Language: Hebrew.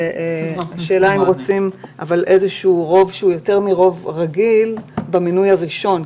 השאלה אם רוצים רוב שהוא איזשהו רוב שהוא יותר מרוב רגיל במינוי הראשון,